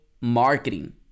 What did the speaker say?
marketing